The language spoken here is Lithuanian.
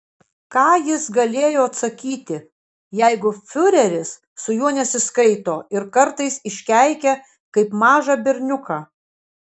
ką jis galėjo atsakyti jeigu fiureris su juo nesiskaito ir kartais iškeikia kaip mažą berniuką